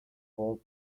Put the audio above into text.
home